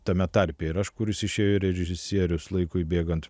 tame tarpe ir aš kuris išėjo ir režisierius laikui bėgant